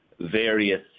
various